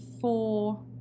four